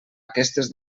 aquestes